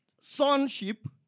sonship